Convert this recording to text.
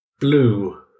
Blue